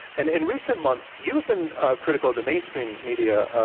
and in recent months, you've been critical of the mainstream media,